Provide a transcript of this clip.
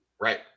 Right